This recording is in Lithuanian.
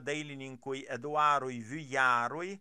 dailininkui eduarui viujarui